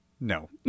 No